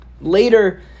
Later